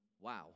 wow